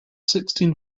sixteen